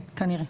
כן, כמובן.